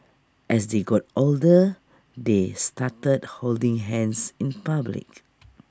as they got older they started holding hands in public